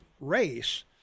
race